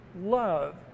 love